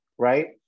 Right